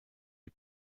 die